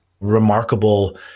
remarkable